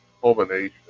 culmination